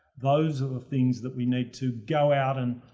those are the things that we need to go out and,